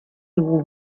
dugu